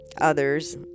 others